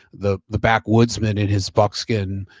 the the backwoodsman in his buckskin.